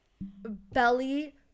Belly